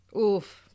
Oof